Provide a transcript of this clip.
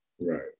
Right